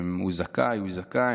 "הוא זכאי", "הוא זכאי".